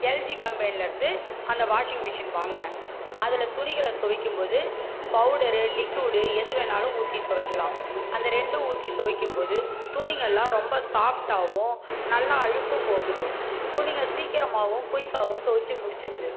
LG கம்பெனியிலேர்ந்து அந்த washing machine வாங்கினேன் அதில் துணிகளை துவைக்கும்போது பவுடர் லிக்குய்டு எது வேணுனாலும் ஊற்றி துவைக்கலாம் அந்த ரெண்டும் ஊற்றி துவைக்கும்போது துணிங்கல்லாம் ரொம்ப சாஃப்ட்டாகவும் நல்லா அழுக்கும் போகுது துணிங்க சீக்கிரமாகவும் குயிக்காகவும் துவைச்சு முடிச்சிடுது